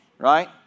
Right